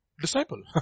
disciple